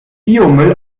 biomüll